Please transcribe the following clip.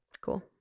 Cool